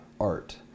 art